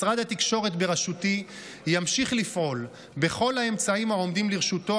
משרד התקשורת בראשותי ימשיך לפעול בכל האמצעים העומדים לרשותו